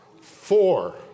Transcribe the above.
Four